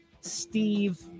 Steve